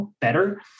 better